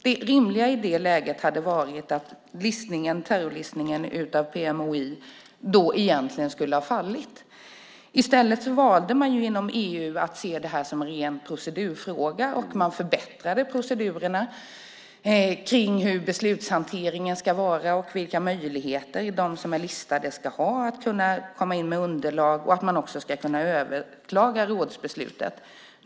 Det rimliga i det läget hade varit att terrorlistningen av PMOI då skulle ha fallit. I stället valde EU att se det här som en ren procedurfråga. Man förbättrade procedurerna kring hur beslutshanteringen ska vara och vilka möjligheter de som är listade ska ha att komma in med underlag. De ska också kunna överklaga rådsbeslutet.